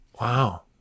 Wow